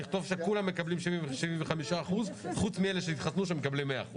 נכתוב שכולם מקבלים 75% חוץ מאלה שהתחסנו ומקבלים 100%,